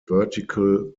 vertical